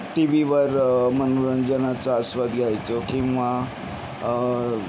टीवीवर मनोरंजनाचा आस्वाद घ्यायचो किंवा